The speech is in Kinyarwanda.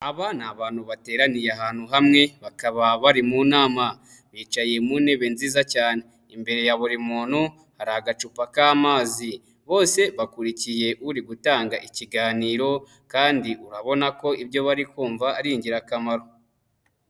Aba ni abantu bateraniye ahantu hamwe, bakaba bari mu nama bicaye mu ntebe nziza cyane. Imbere ya buri muntu hari agacupa k'amazi, bose bakurikiye uri gutanga ikiganiro kandi urabona ko ibyo bari kumva ari ingirakamaro.